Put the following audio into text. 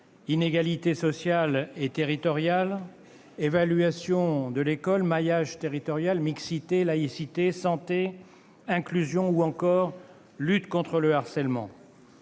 inégalités sociales et territoriales, évaluation de l'école, maillage territorial, mixité, laïcité, santé, inclusion ou encore lutte contre le harcèlement.